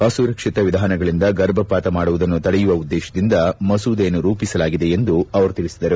ಅಸುರಕ್ಷಿತ ವಿಧಾನಗಳಿಂದ ಗರ್ಭಪಾತ ಮಾಡುವುದನ್ನು ತಡೆಯುವ ಉದ್ದೇಶದಿಂದ ಮಸೂದೆಯನ್ನು ರೂಪಿಸಲಾಗಿದೆ ಎಂದು ಅವರು ತಿಳಿಸಿದರು